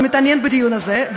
ומתעניין בדיון הזה,